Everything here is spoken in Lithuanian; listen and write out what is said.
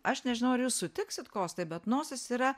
aš nežinau ar jūs sutiksit kostai bet nosis yra